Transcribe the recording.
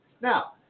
now